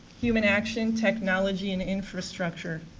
human interaction, technology, and infrastructure.